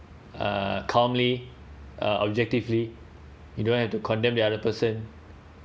uh calmly uh objectively you don't have to condemn the other person